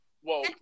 Whoa